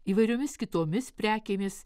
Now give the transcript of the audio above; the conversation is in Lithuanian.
įvairiomis kitomis prekėmis